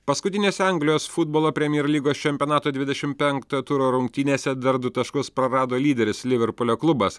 paskutinėse anglijos futbolo premier lygos čempionato dvidešimt penkto turo rungtynėse dar du taškus prarado lyderis liverpulio klubas